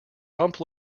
bump